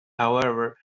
however